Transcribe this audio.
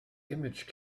image